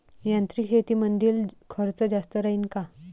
यांत्रिक शेतीमंदील खर्च जास्त राहीन का?